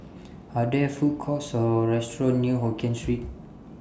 Are There Food Courts Or restaurants near Hokkien Street